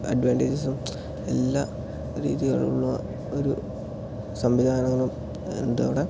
അഡ്വാൻറ്റേജസും എല്ലാ രീതികളും ഉള്ള ഒരു സംവിധാനങ്ങളും ഉണ്ട് അവിടെ